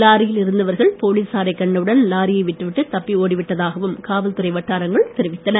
லாரியில் இருந்தவர்கள் போலீசாரை கண்டவுடன் லாரியை விட்டுவிட்டு தப்பி ஓடிவிட்டதாகவும் காவல்துறை வட்டாரங்கள் தெரிவித்தனர்